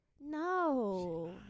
No